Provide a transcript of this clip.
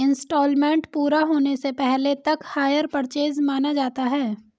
instalment पूरा होने से पहले तक हायर परचेस माना जाता है